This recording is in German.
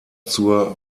zur